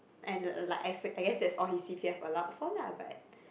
and like I s~ I guess that all his C_P_F allowed for lah but